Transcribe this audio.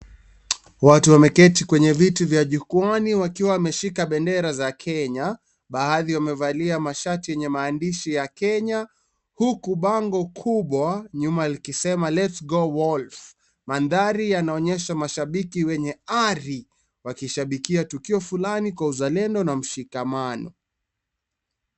Watu wameketi kwenye viti vya jukwaani wakiwa wameshika bendera za Kenya, baadhi wamevalia mashati yenye maandishi ya Kenya huku bango kubwa nyuma likisema let's go wolf .Mandari yanaonyesha mashabiki wenye ali wakishabikia tukio fulani kwa uzalendo na mshikamano.